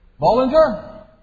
Bollinger